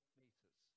meters